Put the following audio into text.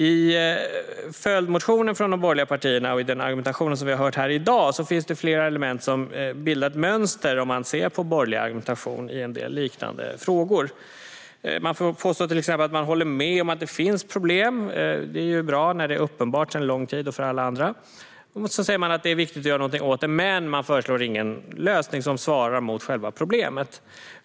I följdmotionen från de borgerliga partierna och i den argumentation som vi har hört här i dag finns det flera element som bildar ett mönster tillsammans med borgerlig argumentation i en del liknande frågor. Man påstår till exempel att man håller med om att det finns problem. Det är ju bra, när det är uppenbart sedan lång tid tillbaka för alla andra. Sedan säger man att det är viktigt att göra någonting åt det. Men man föreslår ingen lösning som svarar mot själva problemet.